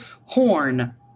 horn